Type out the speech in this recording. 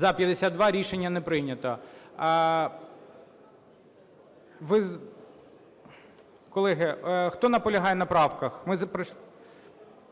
За-52 Рішення не прийнято. Колеги, хто наполягає на правках?